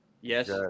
yes